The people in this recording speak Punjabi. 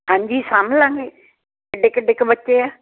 ਹਾਂਜੀ ਸਾਂਭ ਲਾਂਗੇ ਕਿੱਡੇ ਕਿੱਡੇ ਕੁ ਬੱਚੇ ਆ